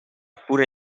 pure